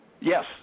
Yes